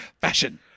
Fashion